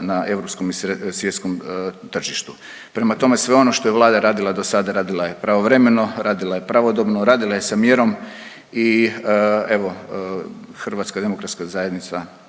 na europskim i svjetskom tržištu. Prema tome, sve ono što je Vlada radila do sada radila je pravovremeno, radila je pravodobno, radila je sa mjerom i evo HDZ će definitivno